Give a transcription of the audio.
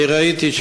ראיתי,